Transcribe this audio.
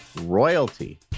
royalty